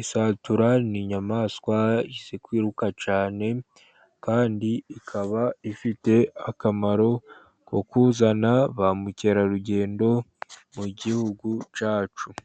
isatura ni inyamaswa isi kwiruka cyane kandi ikaba ifite akamaro ko kuzana ba mukerarugendo mu gihugu cyacu.